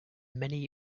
many